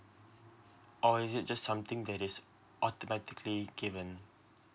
or is it just something that is automatically given